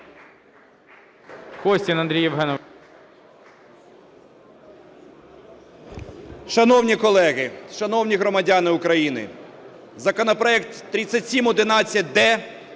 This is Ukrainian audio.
Шановні колеги, шановні громадяни України, законопроект 3711-д